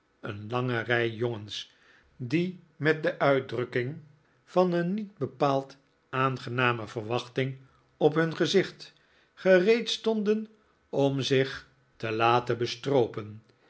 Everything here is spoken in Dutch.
een lange rij jongens die met de uitdrukking van een niet bepaald aangename verwachting op hun gezicht gereed stonden om zich te laten bestroopen